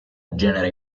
genera